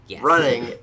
running